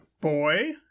Boy